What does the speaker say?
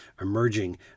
emerging